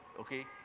okay